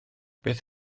beth